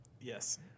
Yes